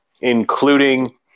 including